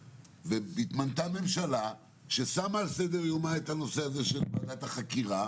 התמנתה ממשלה ששמה על סדר יומה את הקמת ועדת החקירה